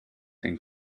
and